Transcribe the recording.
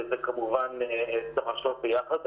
ועל זה כמובן צריך לחשוב ביחד.